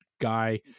guy